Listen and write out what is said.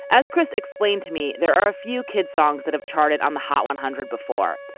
as chris explained to me, there are a few kids songs that have charted on the hot one hundred before,